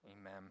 Amen